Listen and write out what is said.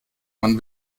man